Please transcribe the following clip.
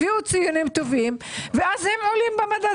הביאו ציונים טובים ואז הם עולים במדד